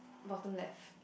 bottom left